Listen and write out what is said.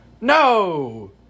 No